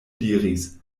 diris